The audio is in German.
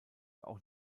auch